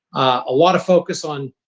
a lot of focus on,